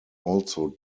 also